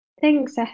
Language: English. Thanks